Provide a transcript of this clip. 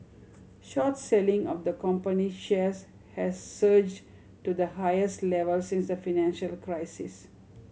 short selling of the company shares has surged to the highest level since the financial crisis